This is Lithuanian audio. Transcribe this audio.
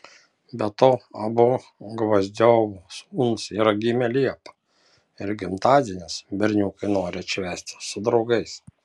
be to abu gvozdiovų sūnus yra gimę liepą ir gimtadienius berniukai nori atšvęsti su draugais